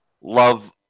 Love